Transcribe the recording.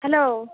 hello